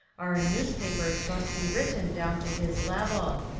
our news papers must be written down to his level.